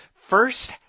first